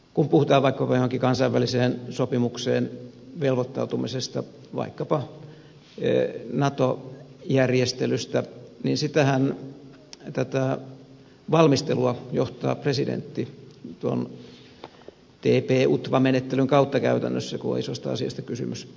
kun puhutaan vaikkapa johonkin kansainväliseen sopimukseen velvoittautumisesta vaikkapa nato järjestelystä niin sitähän tätä valmistelua johtaa presidentti tuon tp utva menettelyn kautta käytännössä kun on isoista asioista kysymys